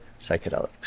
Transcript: psychedelics